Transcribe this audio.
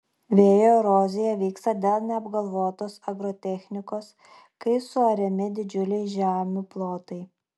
vėjo erozija vyksta dėl neapgalvotos agrotechnikos kai suariami didžiuliai žemių plotai